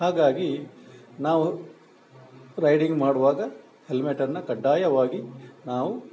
ಹಾಗಾಗಿ ನಾವು ರೈಡಿಂಗ್ ಮಾಡುವಾಗ ಹೆಲ್ಮೆಟನ್ನು ಕಡ್ಡಾಯವಾಗಿ ನಾವು